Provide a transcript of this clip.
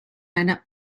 einer